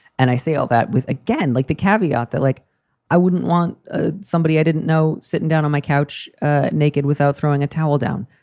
and i see all that with, again, like the caveat that like i wouldn't want ah somebody i didn't know sitting down on my couch naked without throwing a towel down.